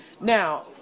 Now